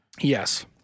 Yes